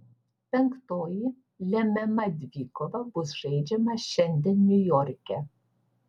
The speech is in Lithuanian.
penktoji lemiama dvikova bus žaidžiama šiandien niujorke